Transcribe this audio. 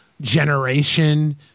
generation